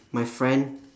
my friend